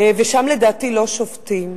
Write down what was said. ושם לדעתי לא שובתים,